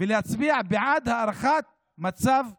ולהצביע בעד הארכת מצב החירום.